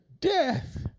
death